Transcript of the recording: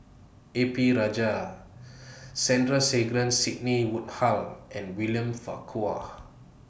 A P Rajah Sandrasegaran Sidney Woodhull and William Farquhar